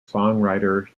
songwriter